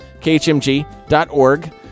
khmg.org